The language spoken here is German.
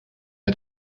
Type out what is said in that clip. hat